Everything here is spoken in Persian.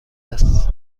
است